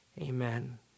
Amen